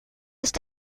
ist